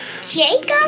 Jacob